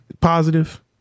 positive